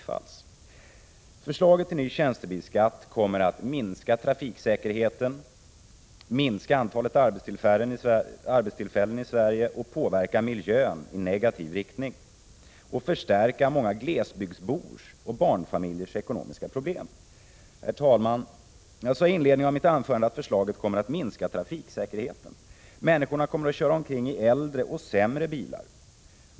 Förslaget till tjänstebilsskatt kommer att minska trafiksäkerheten, minska antalet arbetstillfällen i Sverige, påverka miljön i negativ riktning och förstärka många glesbygdsbors och barnfamiljers ekonomiska problem. Herr talman! Jag sade i inledningen av mitt anförande att förslaget kommer att minska trafiksäkerheten. Människor kommer att köra omkring i äldre och sämre bilar.